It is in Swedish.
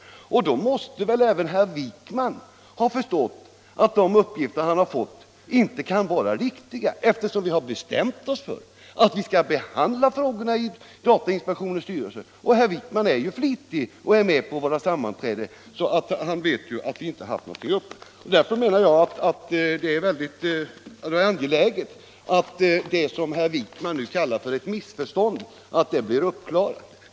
Även herr Wijkman, som flitigt är med på styrelsens sammanträden, måste väl då ha förstått att de uppgifter som han har fått inte kan vara riktiga. Därför är det angeläget att det som herr Wijkman kallar ett missförstånd blir uppklarat.